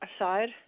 aside